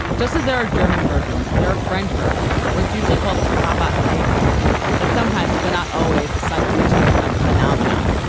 just as there are german versions. there are french versions where it's usually called papa le cat that sometimes, but not always, is sung to the tune of mahna mahna,